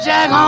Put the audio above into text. Jack